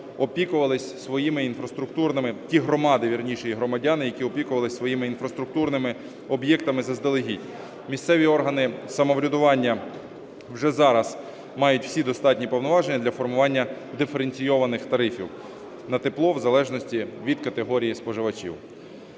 опікувалися своїми інфраструктурними, ті громади, вірніше, і громадяни, які опікувалися своїми інфраструктурними об'єктами заздалегідь. Місцеві органи самоврядування вже зараз мають всі достатні повноваження для формування диференційованих тарифів на тепло в залежності від категорій споживачів.